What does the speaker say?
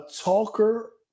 talker